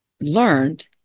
learned